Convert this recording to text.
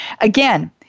Again